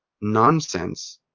nonsense